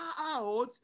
out